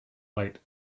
light